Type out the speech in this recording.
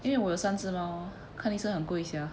因为我有三只猫看医生很贵 sia